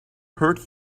hurt